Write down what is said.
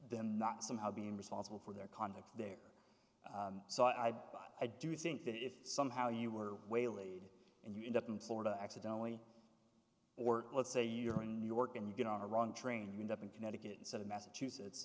then not somehow being responsible for their conduct there so i by i do think that if somehow you were waylaid and you end up in florida accidentally or let's say you're in new york and you get on a wrong train up in connecticut instead of massachusetts